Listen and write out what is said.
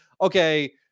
okay